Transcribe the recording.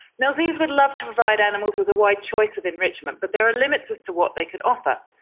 now, zoos would love to provide animals with a wide choice of enrichment but there are limits as to what they can offer,